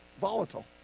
volatile